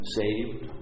saved